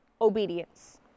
obedience